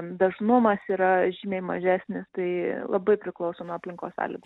dažnumas yra žymiai mažesnis tai labai priklauso nuo aplinkos sąlygų